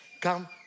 Come